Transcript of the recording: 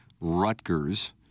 Rutgers